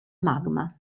magma